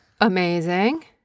Amazing